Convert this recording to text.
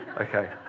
okay